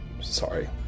sorry